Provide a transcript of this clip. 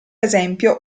esempio